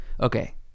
Okay